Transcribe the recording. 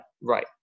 right